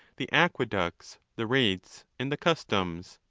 the aqueducts, the rates, and the customs.